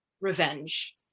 revenge